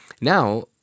Now